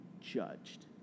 judged